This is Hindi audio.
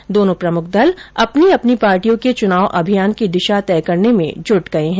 साथ ही दोनों प्रमुख दल अपनी अपनी पार्टियों के चुनाव अभियान की दिशा तय करने में जुट गए हैं